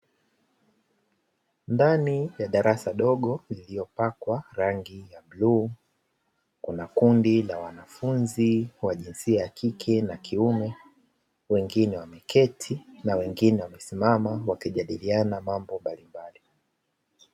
Ndani ya darasa dogo lililopakwa rangi ya bluu, kuna kundi la wanafunzi wa jinsia ya kike na kiume. Wengine wameketi na wengine wamesimama wakijadiliana mambo mbalimbali.